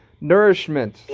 nourishment